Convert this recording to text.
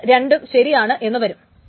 ഇത് രണ്ടും ശരിയാണ് എന്ന് വരും